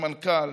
למנכ"ל,